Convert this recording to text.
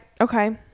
okay